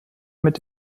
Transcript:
mit